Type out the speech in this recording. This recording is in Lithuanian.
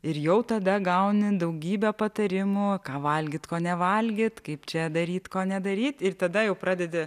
ir jau tada gauni daugybę patarimų ką valgyt ko nevalgyt kaip čia daryt ko nedaryt ir tada jau pradedi